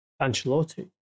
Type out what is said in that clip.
Ancelotti